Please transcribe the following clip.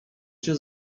się